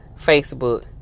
Facebook